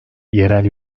yerel